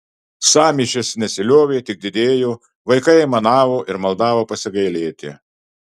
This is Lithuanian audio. sąmyšis nesiliovė tik didėjo vaikai aimanavo ir maldavo pasigailėti